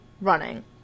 running